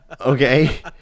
Okay